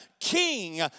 king